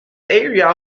area